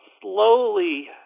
slowly